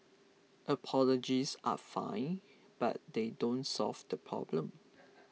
apologies are fine but they don't solve the problem